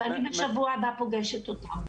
ואני בשבוע הבא פוגשת אותם.